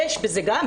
יש בזה גם,